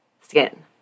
skin